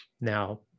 Now